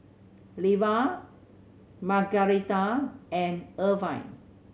Leva Margaretha and Erwin